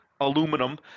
aluminum